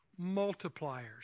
multipliers